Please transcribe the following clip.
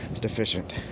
deficient